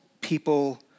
people